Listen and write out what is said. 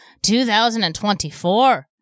2024